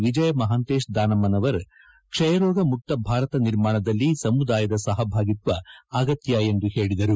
ವಿಜಯ ಮಹಾಂತೇಶ ದಾನಮ್ಮನವರ್ ಕ್ಷಯ ರೋಗ ಮುಕ್ತ ಭಾರತ ನಿರ್ಮಾಣದಲ್ಲಿ ಸಮುದಾಯದ ಸಹಭಾಗಿತ್ವ ಅಗತ್ಯ ಎಂದು ಹೇಳಿದರು